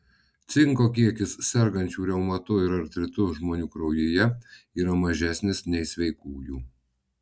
cinko kiekis sergančių reumatu ir artritu žmonių kraujyje yra mažesnis nei sveikųjų